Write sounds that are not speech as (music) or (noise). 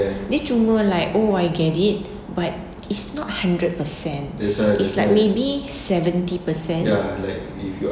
dia cuma like oh I get it (breath) but it's not hundred percent (breath) it's like maybe seventy percent ah